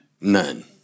None